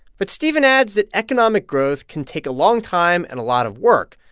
but steven adds that economic growth can take a long time and a lot of work,